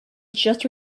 just